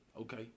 Okay